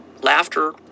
laughter